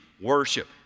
worship